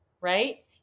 right